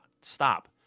Stop